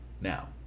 Now